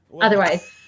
Otherwise